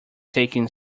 taking